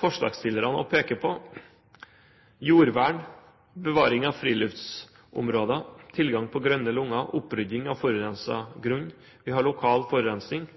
forslagsstillerne også peker på, jordvern, bevaring av friluftsområder, tilgang på grønne lunger, opprydding av forurenset grunn, vi har lokal forurensning